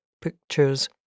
pictures